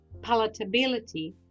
palatability